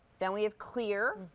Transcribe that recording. then we have clear.